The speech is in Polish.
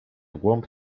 głąb